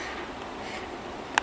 and at eleven P_M